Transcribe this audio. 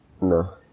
No